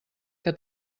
que